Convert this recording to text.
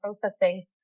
processing